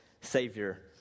Savior